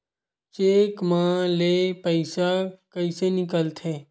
Cheque म ले पईसा कइसे निकलथे?